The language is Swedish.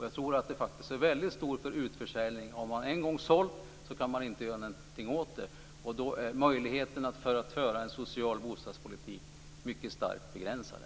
Jag tror faktiskt att det är en väldigt stor risk för utförsäljning. Har man en gång sålt kan man inte göra någonting åt det. Då är möjligheterna för att föra en social bostadspolitik mycket starkt begränsade.